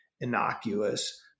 innocuous